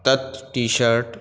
तत् टीशर्ट्